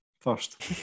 first